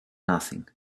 nothing